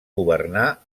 governar